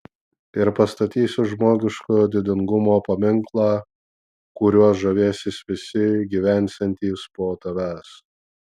ir pastatysi žmogiškojo didingumo paminklą kuriuo žavėsis visi gyvensiantys po tavęs